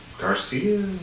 Garcia